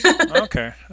Okay